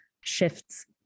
shifts